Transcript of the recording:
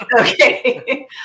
Okay